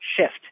shift